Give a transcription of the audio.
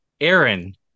Aaron